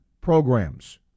programs